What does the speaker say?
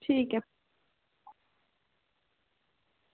ठीक ऐ